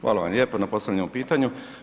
Hvala vam lijepa na postavljenom pitanju.